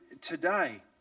today